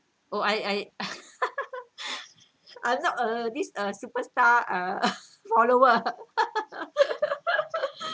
oh I I I'm not uh this uh super star uh follower